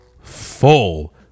Full